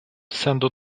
sendo